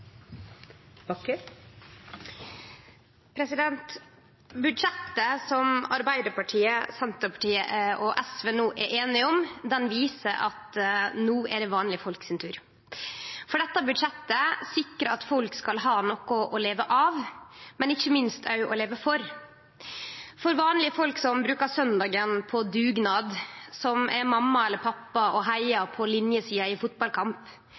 om, viser at no er det vanlege folk sin tur. Dette budsjettet sikrar at folk skal ha noko å leve av, og ikkje minst òg å leve for. Det er eit budsjett for vanlege folk som bruker søndagen på dugnad, som er mamma eller pappa og heiar på linjesida i